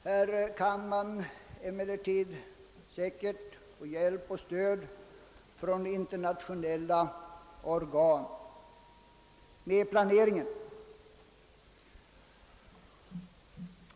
Här kan emellertid internationella organ säkert lämna hjälp och stöd vid planeringen.